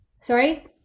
sorry